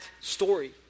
story